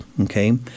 okay